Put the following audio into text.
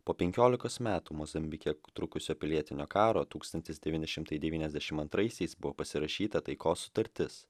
po penkiolikos metų mozambike trukusio pilietinio karo tūkstantis devyni šimtai devyniasdešim antraisiais buvo pasirašyta taikos sutartis